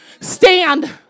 Stand